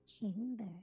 chamber